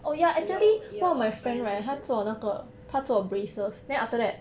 your your presentation